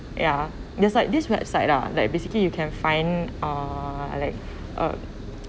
ya there's like this website lah like basically you can find uh like uh